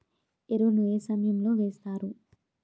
ఎరువుల ను ఏ సమయం లో వేస్తారు?